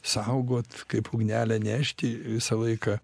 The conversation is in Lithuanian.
saugot kaip ugnelę nešti visą laiką